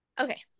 Okay